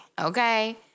Okay